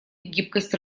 гибкость